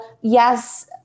yes